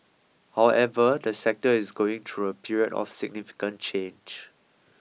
however the sector is going through a period of significant change